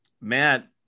Matt